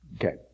Okay